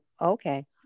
Okay